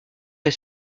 est